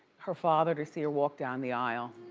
her father to see her walk down the aisle.